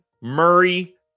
Murray